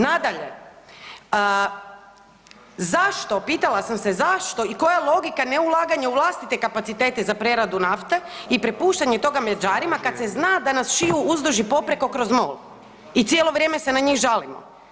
Nadalje, zašto, pitala sam se zašto i koja logika ne ulaganja u vlastite kapacitete za preradu nafte i prepuštanje toga Mađarima kad se zna da nas šiju uzduž i popreko kroz MOL i cijelo vrijeme se na njih žalimo.